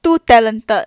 too talented